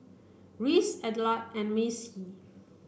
Reese Adelard and Macy